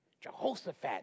Jehoshaphat